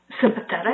sympathetic